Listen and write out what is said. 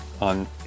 on